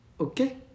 Okay